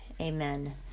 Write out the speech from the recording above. Amen